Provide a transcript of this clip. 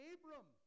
Abram